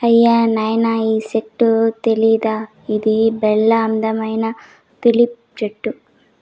అయ్యో నాయనా ఈ చెట్టు తెలీదా ఇది బల్లే అందమైన తులిప్ చెట్టు